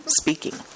speaking